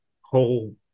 whole